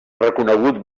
reconegut